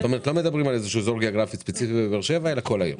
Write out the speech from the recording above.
לא מדברים על איזשהו אזור גיאוגרפי ספציפי בבאר שבע אלא על כל העיר.